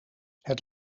het